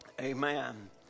amen